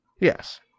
Yes